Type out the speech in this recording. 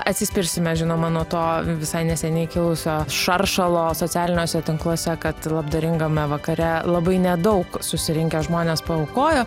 atsispirsime žinoma nuo to visai neseniai kilusio šaršalo socialiniuose tinkluose kad labdaringame vakare labai nedaug susirinkę žmonės paaukojo